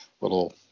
little